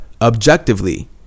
objectively